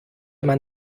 man